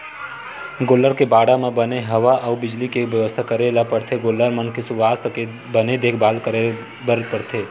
गोल्लर के बाड़ा म बने हवा अउ बिजली के बेवस्था करे ल परथे गोल्लर मन के सुवास्थ के बने देखभाल करे ल परथे